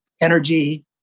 energy